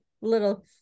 little